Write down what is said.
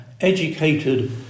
educated